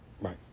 right